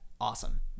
awesome